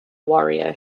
warrior